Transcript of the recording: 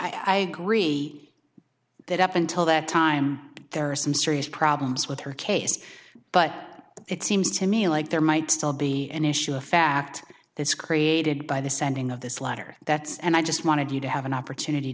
i agree that up until that time there are some serious problems with her case but it seems to me like there might still be an issue of fact this created by the sending of this letter that's and i just wanted you to have an opportunity